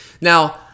Now